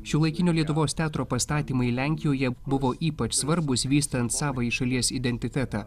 šiuolaikinio lietuvos teatro pastatymai lenkijoje buvo ypač svarbūs vystant savąjį šalies identitetą